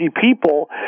people